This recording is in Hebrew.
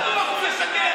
דבר אחד בטוח: הוא משקר.